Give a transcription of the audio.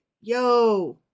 yo